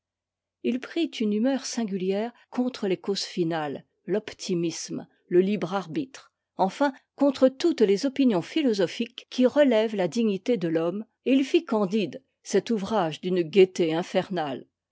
ii prit une humeur singulière contre les causes finales l'optimisme le libre arbitre enfin contre toutes les opinions philosophiques qui relèvent la dignité de l'homme et il fit candide cet ouvrage d'une gaieté infernale